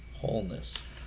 wholeness